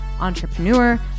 entrepreneur